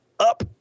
up